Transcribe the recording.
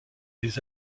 des